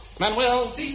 Manuel